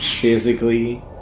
physically